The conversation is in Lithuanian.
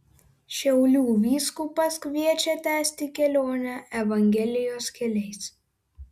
šiaulių vyskupas kviečia tęsti kelionę evangelijos keliais